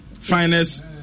finest